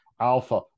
Alpha